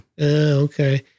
Okay